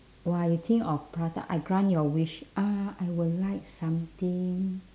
!wah! you think of prata I grant your wish ah I would like something